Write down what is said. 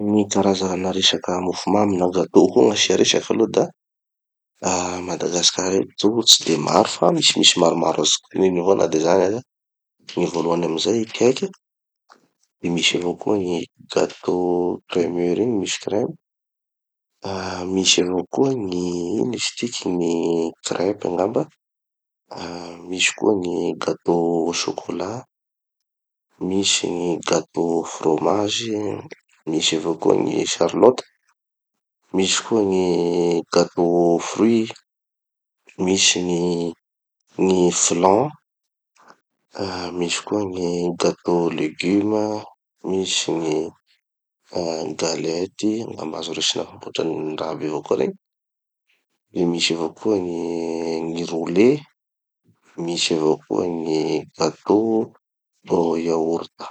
No gny karaza na resaky mofomamy na gateau koa gn'asia resaky aloha da a madagasikara eto zao tsy de maro fa misimisy maromaro azoko tognony avao na de zany aza. Gny voalohany amizay i cake, de misy avao koa gny gateaux cremeux regny misy cremes, ah misy avao koa gny ino izy tiky, gny crepes angamba, misy koa gny gateaux au chocolat, misy gny gateaux fromages, misy avao koa gny charlottes, misy koa gny gateaux au fruits, misy gny gny flans, misy koa gny gateaux au legumes, misy gny ah galety, angamba azo resina hotrany raha aby avao koa regny, de misy avao koa gny gny roulés, misy avao koa gny gateaux au yaourt.